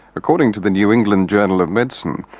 according to the new england journal of medicine,